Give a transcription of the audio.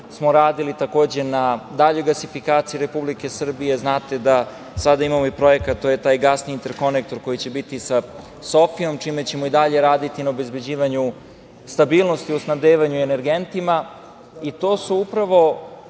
smo radili, takođe, na daljoj gasifikaciji Republike Srbije. Znate da sada imamo i projekat, to je taj gasni interkonektor koji će biti sa Sofijom, čime ćemo i dalje raditi na obezbeđivanju stabilnosti u snabdevanju energentima. To su upravo